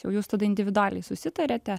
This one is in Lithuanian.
jau jūs tada individualiai susitariat